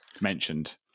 mentioned